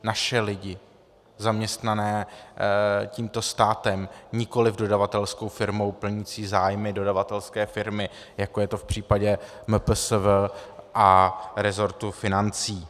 Naše lidi, zaměstnané tímto státem, nikoliv dodavatelskou firmou plnící zájmy dodavatelské firmy, jako je to v případě MPSV a resortu financí.